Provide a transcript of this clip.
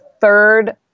third